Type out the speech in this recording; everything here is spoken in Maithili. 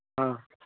हँ